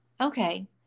Okay